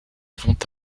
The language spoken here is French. vont